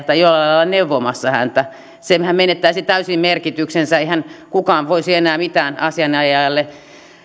jollain lailla neuvomassa häntä sehän menettäisi täysin merkityksensä eihän kukaan voisi enää mitään asianajajalle